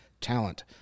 talent